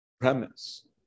premise